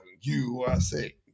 USA